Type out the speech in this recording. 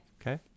Okay